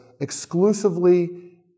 exclusively